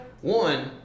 One